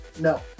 No